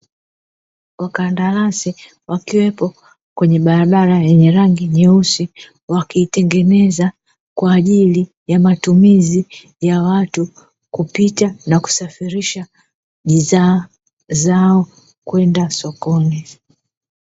Wakandarasi wakiwepo kwenye barabara yenye rangi nyeusi wakiitengeneza kwa ajili ya matumizi ya watu kupita na kusafirisha bidhaa zao kwenda sokoni.